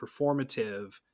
performative